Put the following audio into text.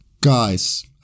Guys